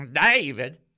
David